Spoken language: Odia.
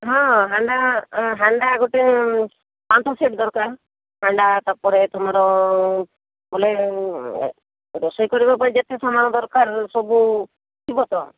ହଁ ହାଣ୍ଡା ହାଣ୍ଡା ଗୋଟେ ପାଞ୍ଚ ସେଟ ଦରକାର ହାଣ୍ଡା ତାପରେ ତୁମର ବୋଲେ ରୋଷେଇ କରିବା ଯେତେ ସାମାନ ଦରକାର ସବୁ ଥିବ ତ